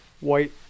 white